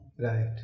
Right